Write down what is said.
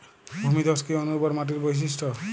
ভূমিধস কি অনুর্বর মাটির বৈশিষ্ট্য?